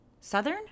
Southern